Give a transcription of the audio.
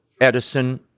Edison